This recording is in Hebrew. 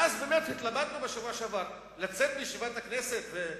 ואז התלבטנו בשבוע שעבר אם לצאת מישיבת הכנסת.